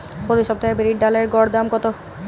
প্রতি সপ্তাহে বিরির ডালের গড় দাম কত থাকে?